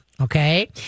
Okay